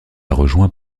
rejoint